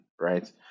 right